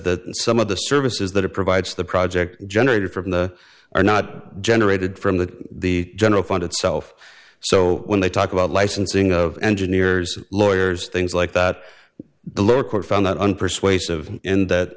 that some of the services that it provides the project generated from the are not generated from the the general fund itself so when they talk about licensing of engineers lawyers things like that the lower court found that unpersuasive in that